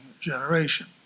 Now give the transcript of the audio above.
generation